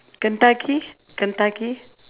kentucky kentucky